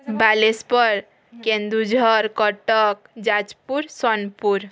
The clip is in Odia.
ବାଲେଶ୍ପର୍ କେନ୍ଦୁଝର କଟକ ଯାଜପୁର ସୋନପୁର